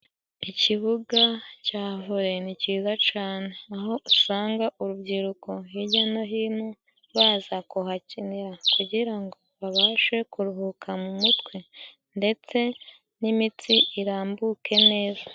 Ikibuga ca vole ni ciza cane aho usanga urubyiruko hirya no hino baza kuhakinira ,kugira ngo babashe kuruhuka mu mutwe ndetse n'imitsi irambuke neza.